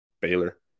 Baylor